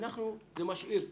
זה משאיר תקווה,